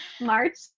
March